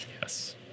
Yes